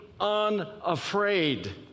unafraid